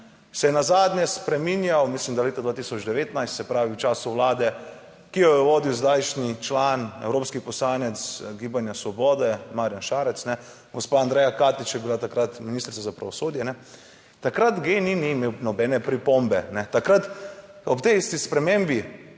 se je nazadnje spreminjal, mislim, da leta 2019, se pravi v času Vlade, ki jo je vodil zdajšnji član, evropski poslanec Gibanja svobode Marjan Šarec, gospa Andreja Katič je bila takrat ministrica za pravosodje takrat GEN-I ni imel nobene pripombe, ne takrat ob tej isti spremembi